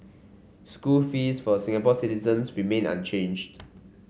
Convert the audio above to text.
school fees for Singapore citizens remain unchanged